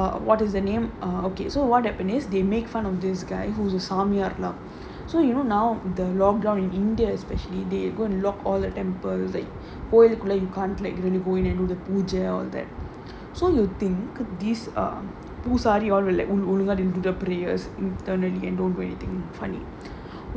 err what is the name ah okay so what happen is they make fun of this guy who's samiyar lah so you will now the lock down in india especially they going to lock all the temples like koyil குள்ள:koyil kulla you can't really go into the pooja all that so you think this err poosari all will like oh ஒழுங்கா:olungaa in to the prayers